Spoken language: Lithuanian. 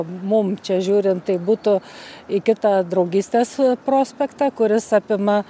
mum čia žiūrint tai būtų į kitą draugystės prospektą kuris apima